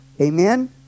Amen